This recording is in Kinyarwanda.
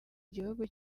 gihugu